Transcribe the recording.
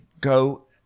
go